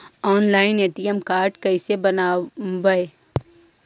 Online ATM card कैसे बनाबौ?